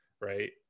right